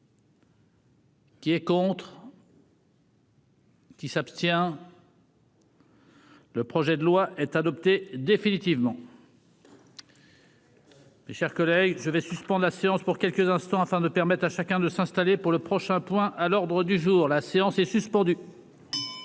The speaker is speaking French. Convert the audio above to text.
Qui est pour. Qui s'abstient. Le projet de loi est adopté définitivement. Chers collègues, je vais suspendre la séance pour quelques instants afin de permettre à chacun de s'installer pour le prochain point à l'ordre du jour, la séance est suspendue.